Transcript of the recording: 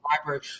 library